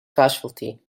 casualty